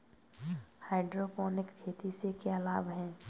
Hydroponic खेती से क्या लाभ हैं?